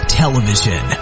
television